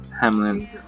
Hamlin